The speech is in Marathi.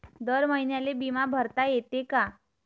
दर महिन्याले बिमा भरता येते का?